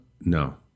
No